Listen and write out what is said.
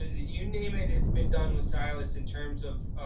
ah you name it, it's been done with silas in terms of,